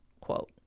quote